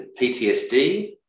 PTSD